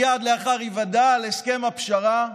מייד לאחר היוודע הסכם הפשרה,